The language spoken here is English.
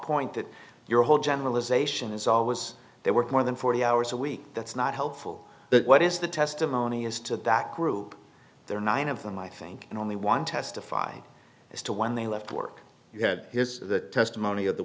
that your whole generalization is always their work more than forty hours a week that's not helpful but what is the testimony as to that group there are nine of them i think and only one testify as to when they left work you had his testimony of the